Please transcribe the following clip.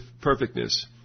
perfectness